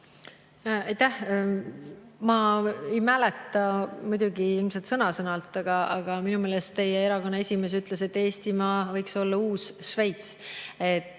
Ma ei mäleta muidugi ilmselt sõna-sõnalt, aga minu meelest teie erakonna esimees ütles, et Eestimaa võiks olla uus Šveits. See